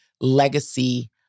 legacy